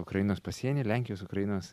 ukrainos pasieny lenkijos ukrainos